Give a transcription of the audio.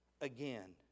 again